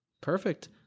Perfect